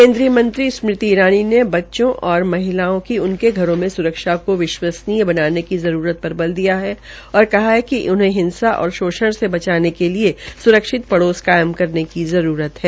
केन्द्रीय मंत्री स्मृति इरानी ने बच्चों और महिलाओं की उनके घरों मे स्रक्षा को विश्वसनीय बनाने की जरूरत पर बल दिया है और कहा है कि उन्हें हिंसा और शोषण से बचाने के लिए पड़ोस में कायम करने की जरूरत है